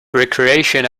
recreation